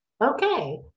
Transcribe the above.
Okay